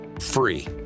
free